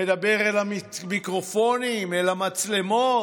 מדבר אל המיקרופונים, אל המצלמות,